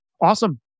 Awesome